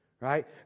right